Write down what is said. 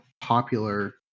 popular